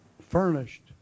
furnished